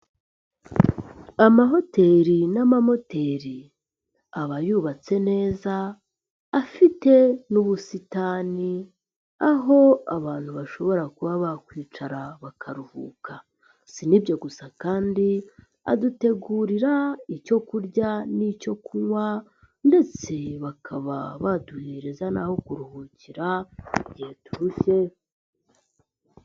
Amahoteri n'amamoteri aba yubatse neza afite n'ubusitani aho abantu bashobora kuba bakwicara bakaruhuka, si nibyo gusa kandi adutegurira icyo kurya n'icyo kunywa ndetse bakaba baduhereza naho kuruhukira igihe turushye.